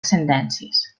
sentències